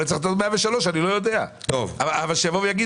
אולי צריך לתת לו 103. אני לא יודע אבל שיבוא ויגיד.